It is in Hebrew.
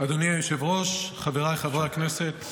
אדוני היושב-ראש, חבריי חברי הכנסת,